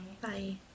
bye